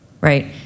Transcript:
right